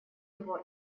его